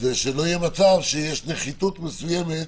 זה שלא יהיה מצב של נחיתות מסוימת